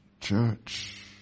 church